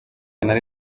nari